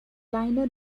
liner